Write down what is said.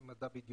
זה מדע בדיוני?